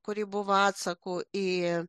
kuri buvo atsaku į